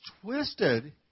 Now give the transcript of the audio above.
twisted